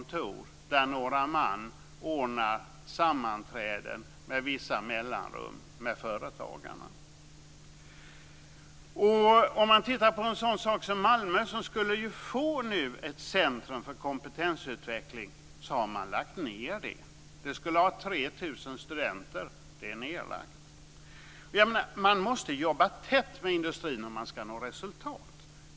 Malmö skulle ju få ett centrum för kompetensutveckling, men det har man lagt ned. Det skulle ha 3 000 studenter, men det är nedlagt. Man måste jobba tätt med industrin om man ska nå resultat.